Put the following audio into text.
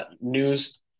news